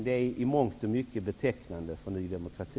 Det är i mångt och mycket betecknande för Ny demokrati.